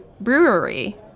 brewery